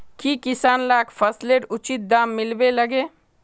की किसान लाक फसलेर उचित दाम मिलबे लगे?